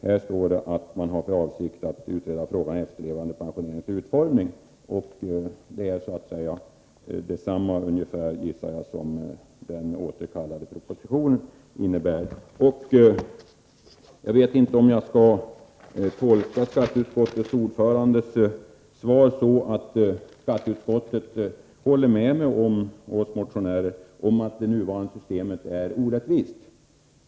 Här står det att man har för avsikt att utreda frågan om efterlevandepensioneringens utformning. Det innebär, gissar jag, att man tar upp ungefär samma frågor som i den återkallade propositionen. Jag vet inte om jag skall tolka uttalandet från skatteutskottets ordförande så, att skatteutskottet håller med oss motionärer om att det nuvarande systemet är orättvist.